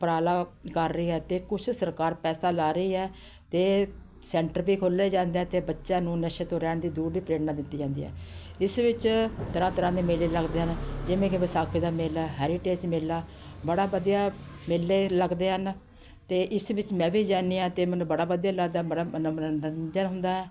ਉਪਰਾਲਾ ਕਰ ਰਹੀ ਹੈ ਅਤੇ ਕੁਛ ਸਰਕਾਰ ਪੈਸਾ ਲਾ ਰਹੀ ਹੈ ਅਤੇ ਸੈਂਟਰ ਵੀ ਖੋਲ੍ਹੇ ਜਾਂਦੇ ਆ ਅਤੇ ਬੱਚਿਆਂ ਨੂੰ ਨਸ਼ੇ ਤੋਂ ਰਹਿਣ ਦੀ ਦੂਰ ਦੀ ਪ੍ਰੇਰਨਾ ਦਿੱਤੀ ਜਾਂਦੀ ਹੈ ਇਸ ਵਿੱਚ ਤਰ੍ਹਾਂ ਤਰ੍ਹਾਂ ਦੇ ਮੇਲੇ ਲੱਗਦੇ ਹਨ ਜਿਵੇਂ ਕਿ ਵਿਸਾਖੀ ਦਾ ਮੇਲਾ ਹੈਰੀਟੇਜ ਮੇਲਾ ਬੜਾ ਵਧੀਆ ਮੇਲੇ ਲੱਗਦੇ ਹਨ ਅਤੇ ਇਸ ਵਿੱਚ ਮੈਂ ਵੀ ਜਾਂਦੀ ਹਾਂ ਅਤੇ ਮੈਨੂੰ ਬੜਾ ਵਧੀਆ ਲੱਗਦਾ ਬੜਾ ਮੰਨੋਰੰਜਨ ਹੁੰਦਾ ਹੈ